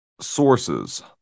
sources